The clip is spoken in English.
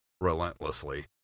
relentlessly